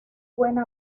buena